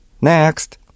Next